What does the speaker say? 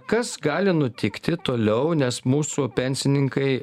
kas gali nutikti toliau nes mūsų pensininkai